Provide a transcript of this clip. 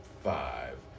five